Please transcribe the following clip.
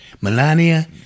Melania